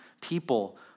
people